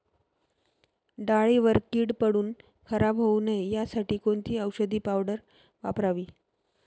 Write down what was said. डाळीवर कीड पडून खराब होऊ नये यासाठी कोणती औषधी पावडर वापरावी?